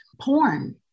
porn